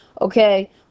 okay